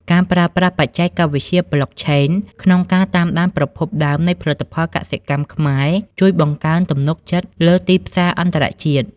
ការប្រើប្រាស់បច្ចេកវិទ្យា Blockchain ក្នុងការតាមដានប្រភពដើមនៃផលិតផលកសិកម្មខ្មែរ ជួយបង្កើនទំនុកចិត្តលើទីផ្សារអន្តរជាតិ។